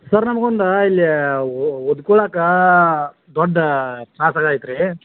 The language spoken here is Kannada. ಸರ್ ನಮ್ಗೊಂದು ಇಲ್ಲೇ ಓದ್ಕೊಳ್ಳೋಕ್ಕೆ ದೊಡ್ಡ ತ್ರಾಸಾಗೈತೆ ರೀ